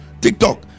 TikTok